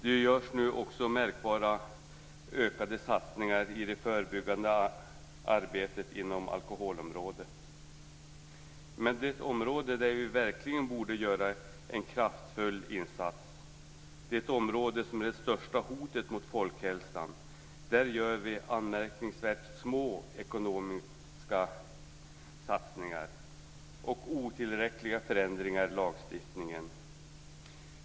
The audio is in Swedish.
Det görs nu också märkbart ökade satsningar på det förebyggande arbetet inom alkoholområdet. Men på det område där vi verkligen borde göra en kraftfull insats, det område som är det största hotet mot folkhälsan, där gör vi anmärkningsvärt små ekonomiska satsningar och otillräckliga förändringar i lagstiftningen.